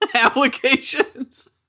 applications